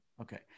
Okay